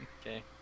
Okay